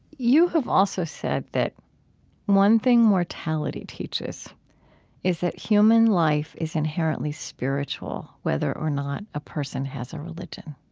you have also said that one thing mortality teaches is that human life is inherently spiritual whether or not a person has a religion.